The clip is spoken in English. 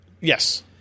yes